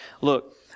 look